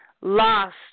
Lost